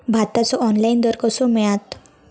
भाताचो ऑनलाइन दर कसो मिळात?